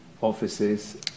offices